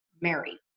Mary